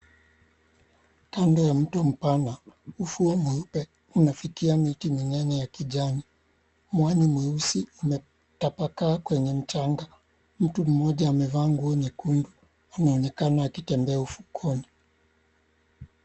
Kando ya mto mpana ufuo mweupe unafikia miti minene ya kijani. Mwani mweusi umetapakaa kwenye mchanga. Mtu mmoja amevaa nguo nyekundu anaonekana akitembea ufukweni.